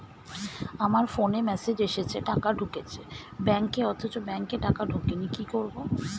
আমার ফোনে মেসেজ এসেছে টাকা ঢুকেছে ব্যাঙ্কে অথচ ব্যাংকে টাকা ঢোকেনি কি করবো?